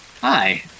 Hi